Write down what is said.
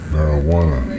Marijuana